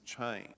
change